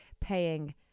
paying